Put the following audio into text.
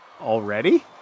Already